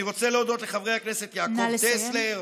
אני רוצה להודות לחברי הכנסת יעקב טסלר,